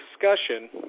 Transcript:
discussion